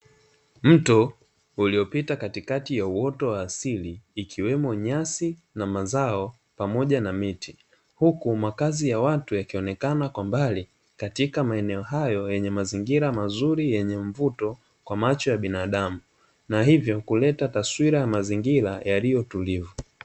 Mto uliopita katikati ya uoto wa asili ikiwemo nyasi na mazao pamoja na miti, huku makazi ya watu yakionekana kwa mbali katika maeneo hayo yenye mazingira mazuri yenye mvuto kwa macho ya binadamu, na hivyo kuleta taswira ya mazingira yaliyo tulivu.